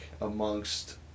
amongst